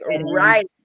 right